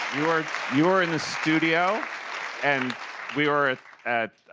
you were you were in the studio and we were at,